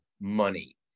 money